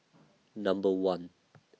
Number one